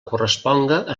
corresponga